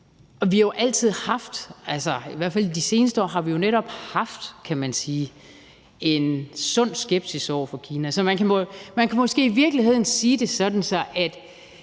de seneste år netop haft, kan man sige, en sund skepsis over for Kina, så man kan måske i virkeligheden sige det sådan,